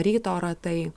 ryto ratai